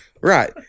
Right